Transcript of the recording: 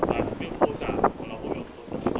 but 没有 post ah 我老婆没有 post ah